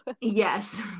Yes